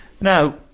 now